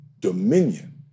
dominion